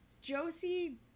Josie